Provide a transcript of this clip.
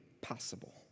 possible